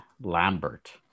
Lambert